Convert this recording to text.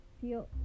feel